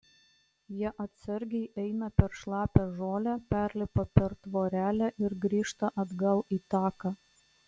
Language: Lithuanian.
jie atsargiai eina per šlapią žolę perlipa per tvorelę ir grįžta atgal į taką